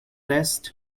rest